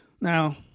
Now